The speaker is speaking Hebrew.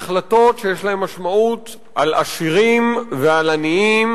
החלטות שיש להן משמעות לעשירים ולעניים.